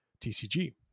TCG